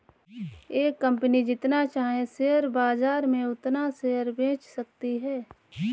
एक कंपनी जितना चाहे शेयर बाजार में उतना शेयर बेच सकती है